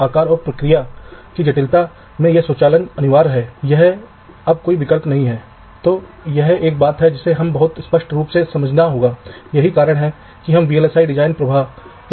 घड़ी की राउटिंग में इस मुद्दे को तिरछा तिरछा छोटा करने के बराबर किया गया था घड़ी लगभग एक ही समय पर आनी चाहिए लेकिन बिजली और जमीन में आवश्यकता अलग होती है